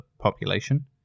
population